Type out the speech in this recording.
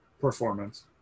Performance